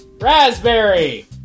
Raspberry